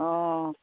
অঁ